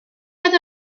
roedd